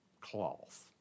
cloth